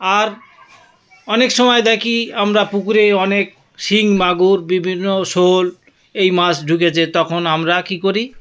আর অনেক সময় দেখি আমরা পুকুরে অনেক শিঙ মাগুর বিভিন্ন শোল এই মাছ ঢুকেছে তখন আমরা কী করি